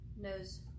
knows